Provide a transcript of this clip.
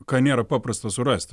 ką nėra paprasta surasti